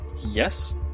yes